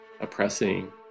oppressing